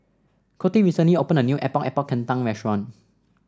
Coty recently opened a new Epok Epok Kentang restaurant